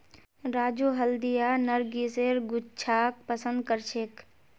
राजू हल्दिया नरगिसेर गुच्छाक पसंद करछेक